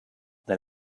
that